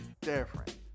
different